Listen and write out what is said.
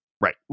Right